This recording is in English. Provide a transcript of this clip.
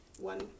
one